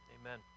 Amen